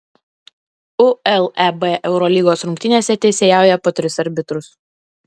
uleb eurolygos rungtynėse teisėjauja po tris arbitrus